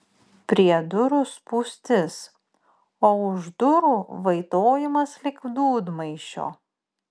prie durų spūstis o už durų vaitojimas lyg dūdmaišio